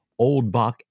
Oldbach